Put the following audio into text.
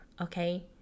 okay